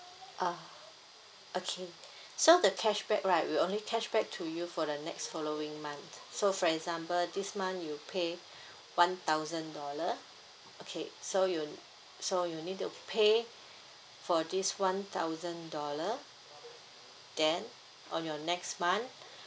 ah okay so the cashback right we only cashback to you for the next following month so for example this month you pay one thousand dollar okay so you so you need to pay for this one thousand dollar then on your next month